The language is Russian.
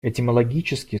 этимологически